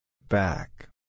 Back